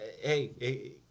hey